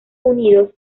unidos